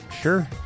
Sure